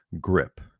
Grip